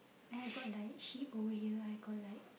then I got like sheep over here I got like